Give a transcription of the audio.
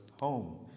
home